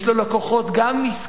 יש לו לקוחות גם עסקיים,